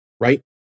right